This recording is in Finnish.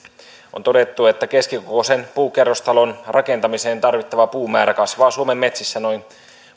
on todettu että keskikokoisen puukerrostalon rakentamiseen tarvittava puumäärä kasvaa suomen metsissä noin